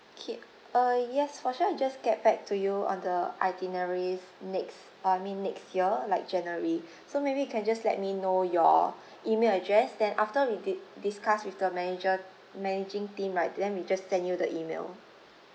K uh yes for sure I just get back to you on the itineraries next I mean next year like january so maybe can just let me know your email address then after we did discuss with the manager managing team right then we just send you the email